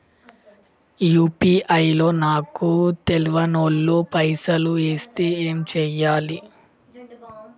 UPI లో నాకు తెల్వనోళ్లు పైసల్ ఎస్తే ఏం చేయాలి?